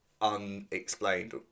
unexplained